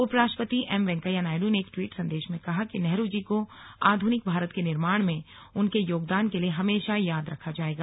उपराष्ट्रपति एम वेंकैया नायडू ने एक ट्वीट संदेश में कहा कि नेहरू जी को आधुनिक भारत के निर्माण में उनके योगदान के लिए हमेशा याद रखा जायेगा